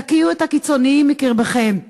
תקיאו את הקיצונים מקרבכם.